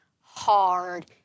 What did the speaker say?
hard